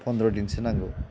पन्द्र' दिनसो नांगौ